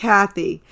Kathy